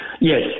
Yes